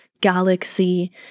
galaxy